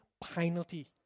penalty